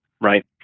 right